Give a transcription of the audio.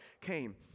came